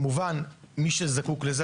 מי שזקוק לזה,